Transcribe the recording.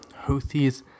Houthis